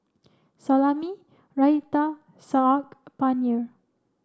Salami Raita Saag Paneer